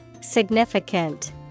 Significant